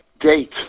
date